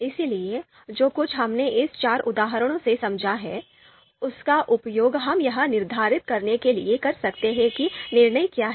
इसलिए जो कुछ हमने इन चार उदाहरणों से समझा है उसका उपयोग हम यह निर्धारित करने के लिए कर सकते हैं कि निर्णय क्या है